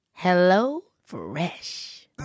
HelloFresh